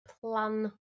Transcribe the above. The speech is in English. plan